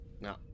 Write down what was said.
No